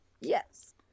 Yes